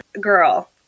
girl